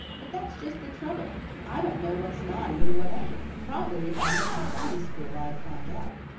but that's just the trouble i don't know what's naughty and what ain't. prob'ly if i went to sunday school i'd find out.